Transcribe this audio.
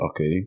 Okay